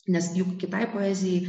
nes juk kitai poezijai